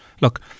Look